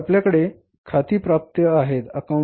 तर आपल्याकडे खाती प्राप्य आहेत AR's